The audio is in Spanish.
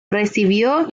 recibió